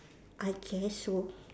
I guess so